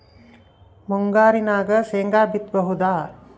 ಮುಂಗಾರಿನಾಗ ಶೇಂಗಾ ಬಿತ್ತಬಹುದಾ?